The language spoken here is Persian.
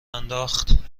انداخت